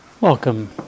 Welcome